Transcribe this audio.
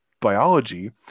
biology